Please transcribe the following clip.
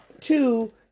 Two